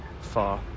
far